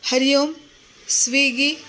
हरिः ओं स्वीगी